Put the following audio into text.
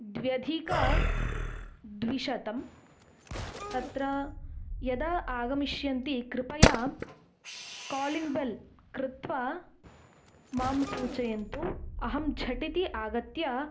द्व्यधिकद्विशतं तत्र यदा आगमिष्यन्ति कृपया कालिङ्ग् बेल् कृत्वा मां सूचयन्तु अहं झटिति आगत्य